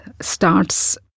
starts